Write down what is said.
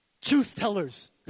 truth-tellers